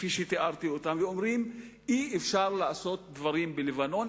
כפי שתיארתי אותן: אי-אפשר לעשות דברים בלבנון